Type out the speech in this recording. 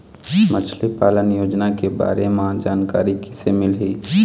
मछली पालन योजना के बारे म जानकारी किसे मिलही?